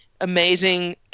amazing